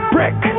Brick